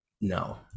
No